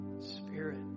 spirit